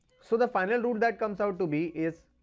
so the final rule that comes out to be is